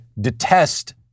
detest